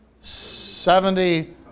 Seventy